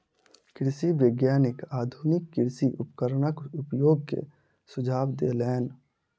कृषि वैज्ञानिक आधुनिक कृषि उपकरणक उपयोग के सुझाव देलैन